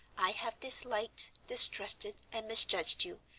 i have disliked, distrusted, and misjudged you,